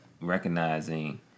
recognizing